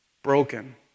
Broken